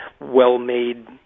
well-made